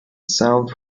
sound